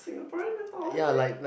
Singaporean mythology